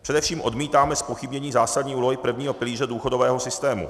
Především odmítáme zpochybnění zásadní úlohy prvního pilíře důchodového systému.